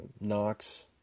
Knox